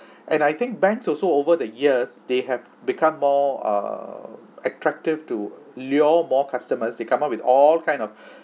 and I think banks also over the years they have become more err attractive to lure more customers they come up with all kind of